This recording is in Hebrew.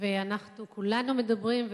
וכולנו מדברים,